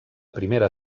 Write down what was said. primera